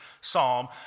psalm